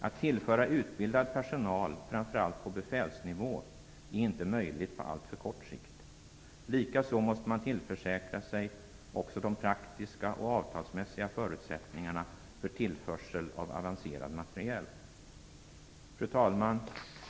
Att tillföra utbildad personal, framför allt på befälsnivå, är inte möjligt på alltför kort sikt. Likaså måste man också tillförsäkra sig de praktiska och avtalsmässiga förutsättningarna för tillförsel av avancerad materiel. Fru talman!